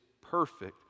perfect